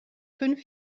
fünf